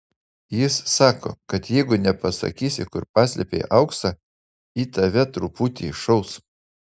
jis sako kad jeigu nepasakysi kur paslėpei auksą į tave truputį šaus